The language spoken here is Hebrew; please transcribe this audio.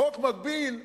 החוק מגביל מכירה,